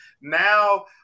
Now